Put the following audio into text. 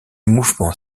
mouvement